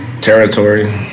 Territory